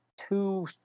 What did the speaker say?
two